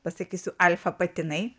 pasakysiu alfa patinai